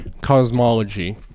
cosmology